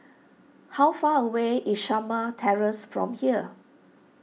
how far away is Shamah Terrace from here